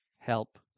help